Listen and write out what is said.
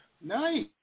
Nice